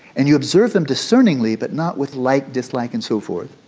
and you observe them discerningly but not with like, dislike and so forth.